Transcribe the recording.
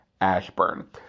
Ashburn